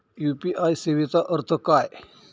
UPI सेवेचा अर्थ काय?